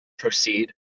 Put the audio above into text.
proceed